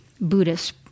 Buddhist